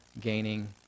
gaining